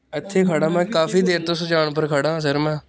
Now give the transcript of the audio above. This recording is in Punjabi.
ਇੱਥੇ ਖੜ੍ਹਾ ਮੈਂ ਕਾਫ਼ੀ ਦੇਰ ਤੋਂ ਸੁਜਾਨਪੁਰ ਖੜ੍ਹਾ ਸਰ ਮੈਂ